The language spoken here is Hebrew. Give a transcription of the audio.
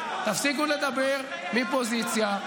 תפסיקו לדבר מפוזיציה.